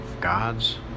God's